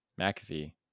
McAfee